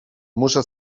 muszę